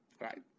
right